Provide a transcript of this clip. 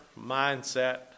mindset